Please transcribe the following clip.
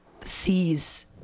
sees